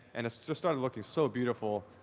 and it's started looking so beautiful.